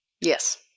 yes